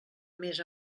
més